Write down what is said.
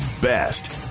best